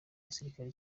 gisirikare